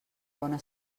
bona